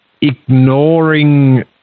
ignoring